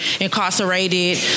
incarcerated